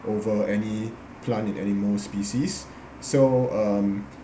over any plant and animal species so um